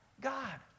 God